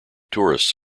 tourists